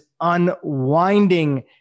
Unwinding